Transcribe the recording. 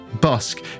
busk